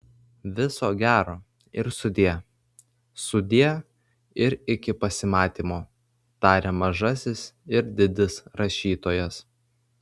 viso gero ir sudie sudie ir iki pasimatymo taria mažasis ir didis rašytojas